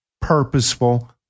purposeful